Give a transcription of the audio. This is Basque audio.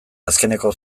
azkeneko